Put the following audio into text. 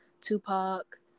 Tupac